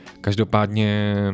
každopádně